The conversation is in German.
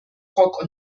rock